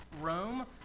Rome